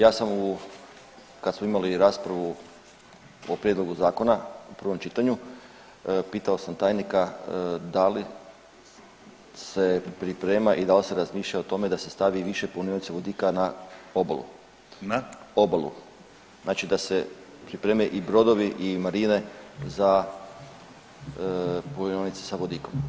Ja sam kad smo imali raspravu o prijedlogu zakona u prvom čitanju pitao sam tajnika da li se priprema i da li se razmišlja o tome da se stavi više punionica vodika na obalu, znači da se pripreme i brodovi i marine za punionice se vodikom.